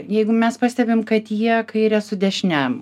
jeigu mes pastebim kad jie kairę su dešine